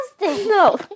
No